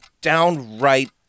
downright